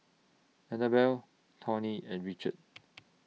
Annabell Tawny and Richard